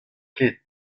ket